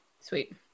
Sweet